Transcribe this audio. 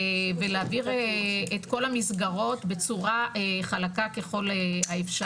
ולהעביר את כל המסגרות בצורה חלקה ככל האפשר.